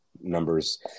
numbers